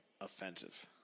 Offensive